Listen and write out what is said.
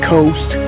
Coast